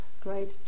great